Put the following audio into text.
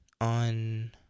on